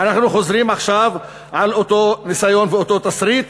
ואנחנו חוזרים עכשיו על אותו ניסיון ואותו תסריט,